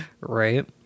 Right